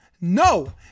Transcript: No